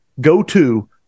go-to